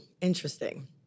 interesting